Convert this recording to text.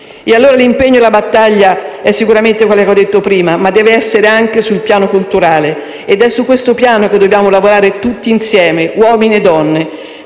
E allora l'impegno e la battaglia sono sicuramente quelli che ho detto prima, ma devono essere anche sul piano culturale ed è su questo piano che dobbiamo lavorare tutti insieme, uomini e donne.